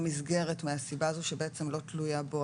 למסגרת מהסיבה הזאת שבעצם לא תלויה בו,